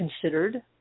considered